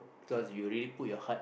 cause you already put your heart